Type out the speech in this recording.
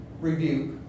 rebuke